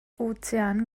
ozean